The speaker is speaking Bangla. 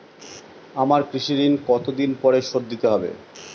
আমার কৃষিঋণ কতদিন পরে শোধ দিতে হবে?